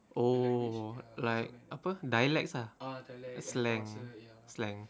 oh like apa dialects ah slang slang